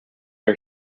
are